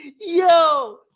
Yo